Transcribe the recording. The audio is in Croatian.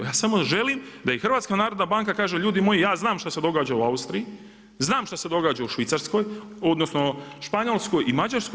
Ja samo želim da i HNB kaže ljudi moji ja znam šta se događa u Austriji, znam šta se događa u Švicarskoj, odnosno Španjolskoj i Mađarskoj.